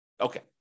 Okay